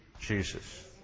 Jesus